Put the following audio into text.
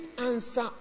answer